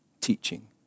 teaching